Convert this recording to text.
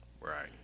Right